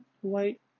white